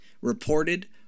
reported